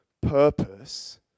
purpose